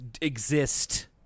exist